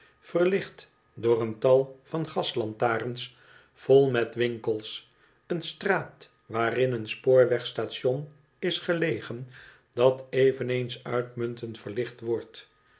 verlicht door een tal van gaslantaarns vol mot winkels een straat waarin een spoorweg-station is gelegen dat eveneens uitmuntend verlicht wordt